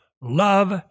love